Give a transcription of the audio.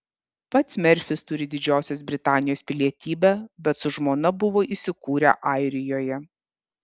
pats merfis turi didžiosios britanijos pilietybę bet su žmona buvo įsikūrę airijoje